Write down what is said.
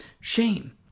shame